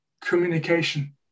communication